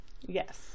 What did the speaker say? Yes